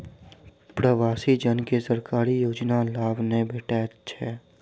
प्रवासी जन के सरकारी योजनाक लाभ नै भेटैत छै